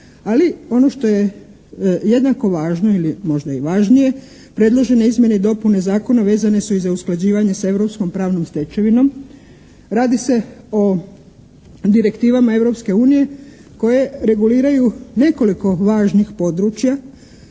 Ali ono što je jednako važno ili možda i važnije predložene izmjene i dopune zakona vezane su i za usklađivanje sa europskom pravnom stečevinom. Radi se o direktivama Europske unije koje reguliraju nekoliko važnih područja;